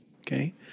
Okay